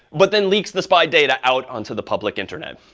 but then leaks the spy data out onto the public internet.